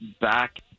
back